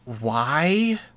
why